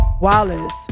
Wallace